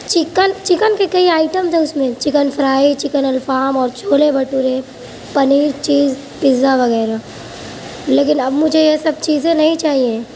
chicken chicken کے کئی item تھے چکن فرائی چکن الفام اور چھولے بھٹورے پنیر چیز پزا وغیرہ لیکن اب مجھے یہ سب چیزیں نہیں چاہیے